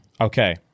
Okay